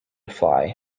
fly